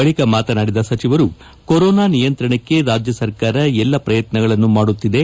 ಬಳಿಕ ಮಾತನಾಡಿದ ಸಚಿವರು ಕೊರೋನಾ ನಿಯಂತ್ರಣಕ್ಕೆ ರಾಜ್ಯ ಸರ್ಕಾರ ಎಲ್ಲಾ ಪ್ರಯತ್ನಗಳನ್ನು ಮಾಡುತ್ತಿದೆ